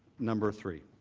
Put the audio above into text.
number three